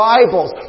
Bibles